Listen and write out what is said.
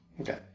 Okay